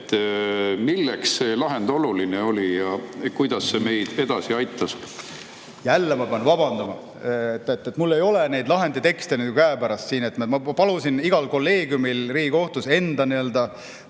milleks see lahend oluline oli ja kuidas see meid edasi aitas? Jälle ma pean vabandama, et mul ei ole neid lahenditekste siin käepärast. Ma palusin igal kolleegiumil Riigikohtus enda